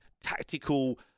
tactical